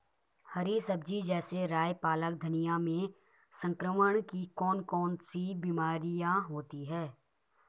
हरी सब्जी जैसे राई पालक धनिया में संक्रमण की कौन कौन सी बीमारियां होती हैं?